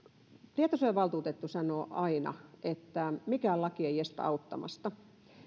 tietosuojavaltuutettu sanoo aina että mikään laki ei estä auttamasta